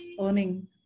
earning